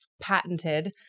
patented